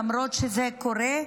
למרות שזה קורה,